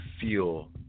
feel